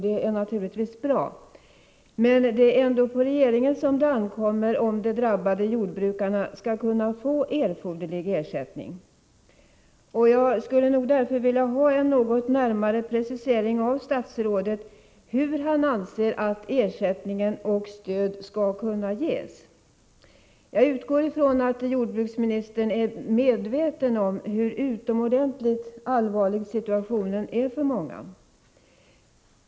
Detta är naturligtvis bra — men det är ändå på regeringen det ankommer om de drabbade jordbrukarna skall kunna få erforderlig ersättning. Jag skulle därför av statsrådet vilja ha en närmare precisering av hur han anser att ersättning och stöd skall kunna ges. Jag utgår från att jordbruksministern är medveten om hur utomordentligt allvarlig situationen är för många.